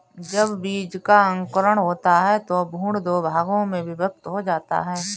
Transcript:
जब बीज का अंकुरण होता है तो भ्रूण दो भागों में विभक्त हो जाता है